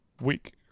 week